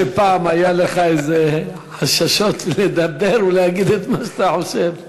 אני לא חושב שפעם היו לך חששות לדבר או להגיד את מה שאתה חושב.